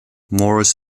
morse